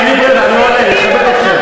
אין לי ברירה, אני עולה, מכבד אתכם.